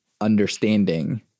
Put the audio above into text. understanding